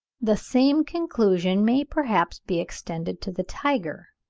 the same conclusion may perhaps be extended to the tiger,